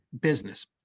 business